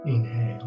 Inhale